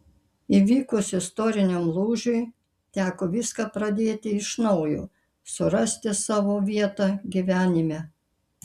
įvykus istoriniam lūžiui teko viską pradėti iš naujo surasti savo vietą gyvenime